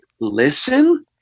listen